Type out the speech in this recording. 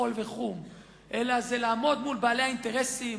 כחול וחום אלא זה לעמוד מול בעלי האינטרסים,